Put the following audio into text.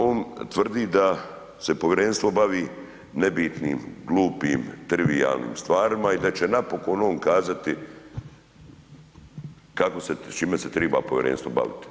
On tvrdi da se povjerenstvo bavi nebitnim, glupim, trivijalnim stvarima i da će napokon on kazati kako se s čime se triba povjerenstvo baviti.